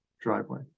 driveway